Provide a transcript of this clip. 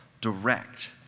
direct